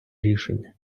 рішення